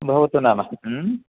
भवतु नाम